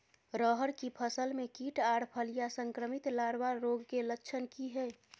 रहर की फसल मे कीट आर फलियां संक्रमित लार्वा रोग के लक्षण की हय?